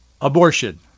Abortion